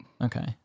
Okay